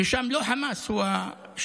ששם לא חמאס הוא השלטון.